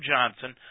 Johnson